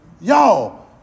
Y'all